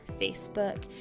Facebook